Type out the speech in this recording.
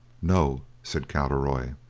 no, said cowderoy.